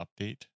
update